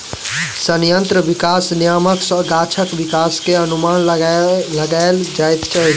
संयंत्र विकास नियामक सॅ गाछक विकास के अनुमान लगायल जाइत अछि